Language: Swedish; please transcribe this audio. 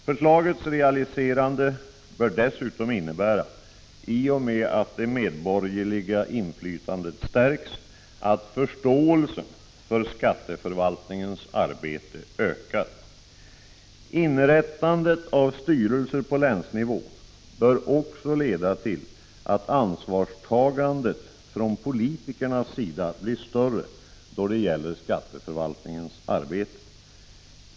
Förslagets realiserande bör dessutom innebära — i och med att det medborgerliga inflytandet stärks — att förståelsen för skatteförvaltningens arbete ökar. Inrättandet av styrelser på länsnivå bör också leda till att ansvarstagandet från politikernas sida blir större då det gäller skatteförvaltningens arbete.